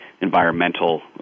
environmental